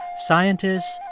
scientists,